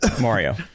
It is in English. Mario